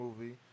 movie